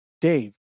Dave